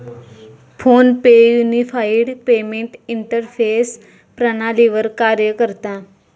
phone पे unified payment interface प्रणालीवर कार्य करता